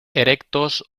erectos